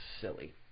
Silly